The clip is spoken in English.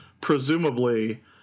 presumably